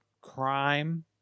crime